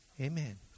Amen